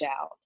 out